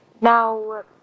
Now